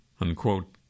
Unquote